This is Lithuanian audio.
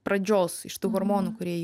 pradžios iš tų hormonų kurie jį